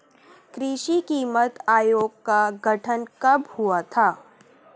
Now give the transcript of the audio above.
कृषि कीमत आयोग का गठन कब हुआ था?